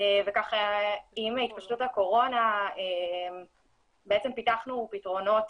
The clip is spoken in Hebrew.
וכך עם התפשטות הקורונה בעצם פיתחנו פתרונות